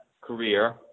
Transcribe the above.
career